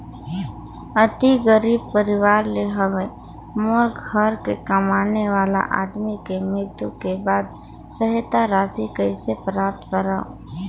अति गरीब परवार ले हवं मोर घर के कमाने वाला आदमी के मृत्यु के बाद सहायता राशि कइसे प्राप्त करव?